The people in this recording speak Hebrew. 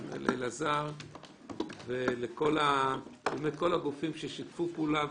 לאלעזר וכל הגופים ששיתפו פעולה,